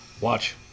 watch